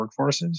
workforces